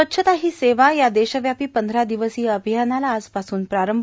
स्वच्छता ही सेवा या देशव्यापी पंधरा दिवसीय अभियानाला आजपासून प्रारंभ